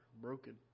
broken